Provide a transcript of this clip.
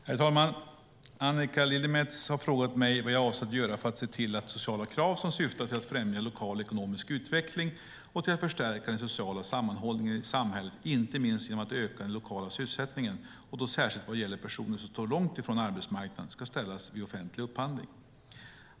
Herr talman! Annika Lillemets har frågat mig vad jag avser att göra för att se till att sociala krav som syftar till att främja lokal ekonomisk utveckling och till att förstärka den sociala sammanhållningen i samhället, inte minst genom att öka den lokala sysselsättningen och då särskilt vad gäller personer som står långt från arbetsmarkanden, ska ställas vid offentlig upphandling.